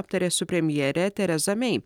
aptarė su premjere tereza mei